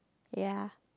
ya